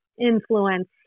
influence